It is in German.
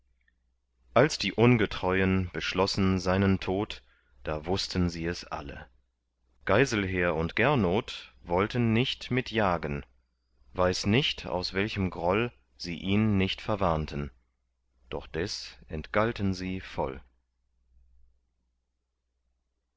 als die ungetreuen beschlossen seinen tod da wußten sie es alle geiselher und gernot wollten nicht mit jagen weiß nicht aus welchem groll sie ihn nicht verwarnten doch des entgalten sie voll